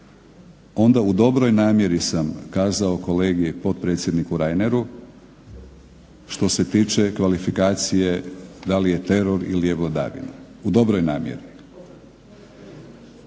onda u dobroj namjeri sam kazao kolegi potpredsjedniku Reineru što se tiče kvalifikacije da li je teror ili je vladavina, u dobroj namjeri.